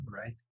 right